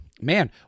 man